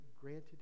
granted